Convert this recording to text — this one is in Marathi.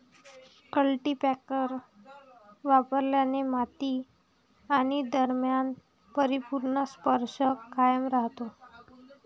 कल्टीपॅकर वापरल्याने माती आणि दरम्यान परिपूर्ण स्पर्श कायम राहतो